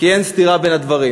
כי אין סתירה בין הדברים.